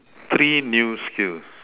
three new skills